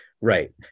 Right